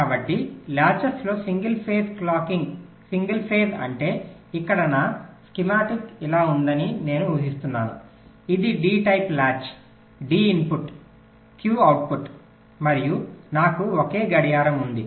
కాబట్టి లాచెస్తో single phase clocking single phase అంటే ఇక్కడ నా స్కీమాటిక్ ఇలా ఉందని నేను ఊహిస్తున్నాను ఇది D type latch D input Q output మరియు నాకు ఒకే గడియారం ఉంది